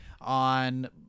on